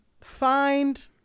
find